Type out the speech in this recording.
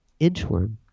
Inchworm